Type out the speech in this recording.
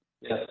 Yes